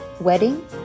wedding